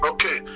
Okay